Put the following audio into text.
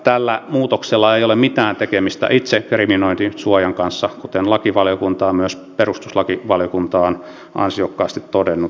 tällä muutoksella ei ole mitään tekemistä itsekriminointisuojan kanssa kuten lakivaliokunta on myös perustuslakivaliokuntaan ansiokkaasti todennut